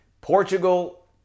Portugal